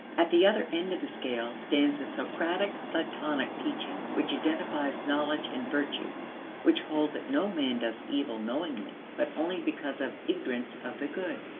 at the other end of the scale stands the socratic-platonic teaching which identifies knowledge and virtue which holds that no man does evil knowingly but only because of ignorance of the good.